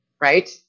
right